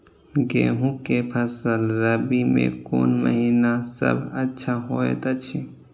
गेहूँ के फसल रबि मे कोन महिना सब अच्छा होयत अछि?